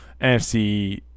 NFC